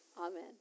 amen